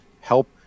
help